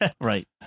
Right